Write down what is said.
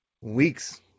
weeks